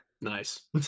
Nice